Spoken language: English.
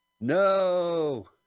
No